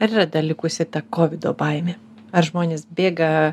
ar yra dar likusi ta kovido baimė ar žmonės bėga